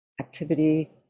activity